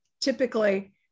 typically